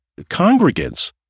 congregants